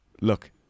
Look